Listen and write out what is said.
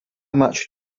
much